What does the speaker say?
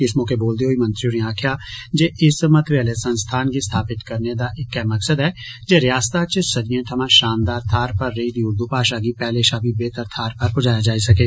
इस मौके बोलदे होई मंत्री होरें आक्खेआ जे इस महत्वै आह्ले संस्थान गी स्थापित करने दा इक्कै मकसद ऐ जे रियास्ता च सदियें थमां शानदार थाहर पर रेई दी उर्दू भाषा गी पहले शा बी बेहतर थाहर पर पुज्जाया जाई सकै